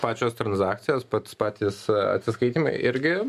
pačios transakcijos pats patys atsiskaitymai irgi